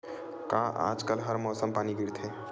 का आज कल हर मौसम पानी गिरथे?